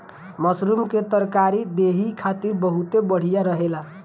mushroom के तरकारी देहि खातिर बहुते बढ़िया रहेला